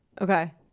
Okay